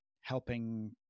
helping